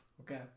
Okay